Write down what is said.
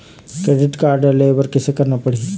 Credit card लेहे बर कैसे करना पड़ही?